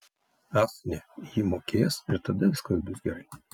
ach ne ji mokės ir tada viskas bus gerai